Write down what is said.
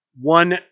One